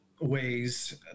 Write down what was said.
ways